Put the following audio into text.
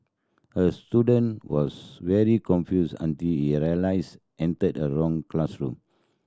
the student was very confused until he realised entered the wrong classroom